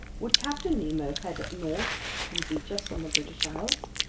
would captain nemo head up north and beach us on the british isles?